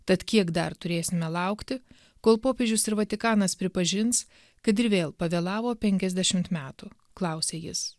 tad kiek dar turėsime laukti kol popiežius ir vatikanas pripažins kad ir vėl pavėlavo penkiasdešim metų klausė jis